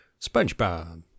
Spongebob